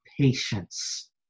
patience